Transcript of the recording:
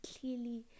clearly